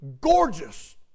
gorgeous